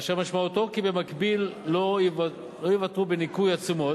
אשר משמעותו היא כי במקביל לא יותר ניכוי תשומות,